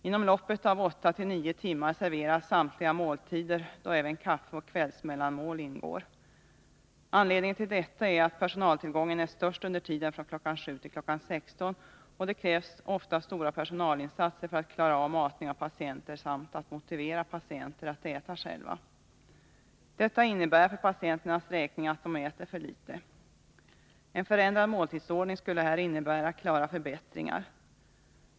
Inom loppet av 89 timmar serveras samtliga måltider, då även kaffe och kvällsmellanmål ingår. Anledningen till detta är att personaltillgången är störst under tiden från kl. 7 till kl. 16, och det krävs ofta stora personalinsatser för att klara av matning av patienter samt att motivera patienten att äta själv. Detta innebär för patienternas räkning att de äter för litet. En förändrad måltidsordning skulle här innebära klara förbättringar.